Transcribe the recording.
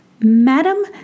Madam